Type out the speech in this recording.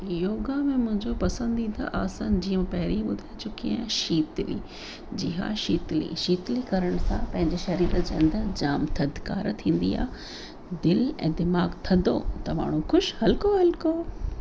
योगा में मुंहिंजो पसंदीदा आसन जीअं पहिरीं मां ॿुधाए चुकी आहियां शीतली जी हा शीतली करण सां पंहिंजे सरीर जे अंदरि जाम थधिकार थींदी आहे दिलि ऐं दिमाग़ु थधो त माण्हू ख़ुशि हल्को हल्को